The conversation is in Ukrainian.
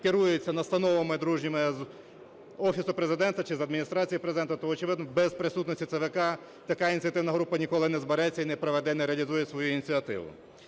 керується настановами дружніми з Офісу Президента чи з Адміністрації Президента. То очевидно без присутності ЦВК така ініціативна група ніколи не збереться і не реалізує свою ініціативу.